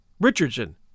Richardson